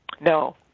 No